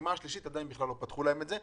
ובפעימה השלישית עדיין לא פתחו להם את זה,